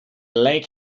lake